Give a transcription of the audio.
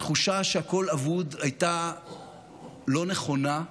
התחושה שהכול אבוד הייתה לא נכונה.